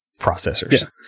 processors